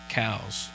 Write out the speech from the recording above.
cows